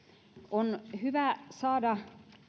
on hyvä saada